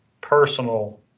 personal